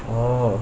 oh